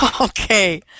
Okay